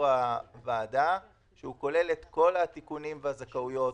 הוועדה שהוא כולל את כל התיקונים והזכאויות,